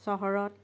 চহৰত